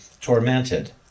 tormented